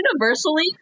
universally